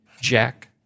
Jack